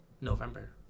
November